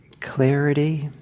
clarity